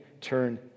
turn